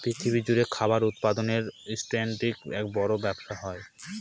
পৃথিবী জুড়ে খাবার উৎপাদনের ইন্ডাস্ট্রির এক বড় ব্যবসা হয়